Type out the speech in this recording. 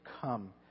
come